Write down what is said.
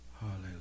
Hallelujah